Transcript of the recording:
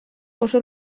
oso